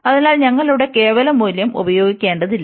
അതിനാൽ ഞങ്ങൾ ഇവിടെ കേവല മൂല്യം ഉപയോഗിക്കേണ്ടതില്ല